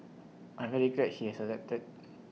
I'm very glad he has accepted